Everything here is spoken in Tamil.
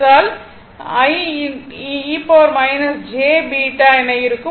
எடுத்தால் பிறகு இது I e jβ என இருக்கும்